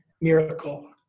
miracle